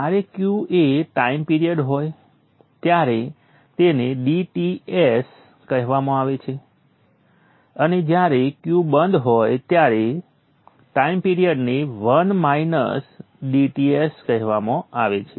જ્યારે Q એ time period હોય ત્યારે તેને dTs કહેવામાં આવે છે અને જ્યારે Q બંધ હોય ત્યારે ટાઈમ પિરિયડને 1 માઇનસ dTs કહેવામાં આવે છે